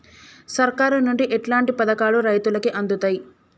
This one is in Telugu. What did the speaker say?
సర్కారు నుండి ఎట్లాంటి పథకాలు రైతులకి అందుతయ్?